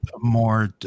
more